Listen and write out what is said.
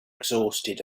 exhausted